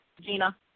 Gina